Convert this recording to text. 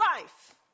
life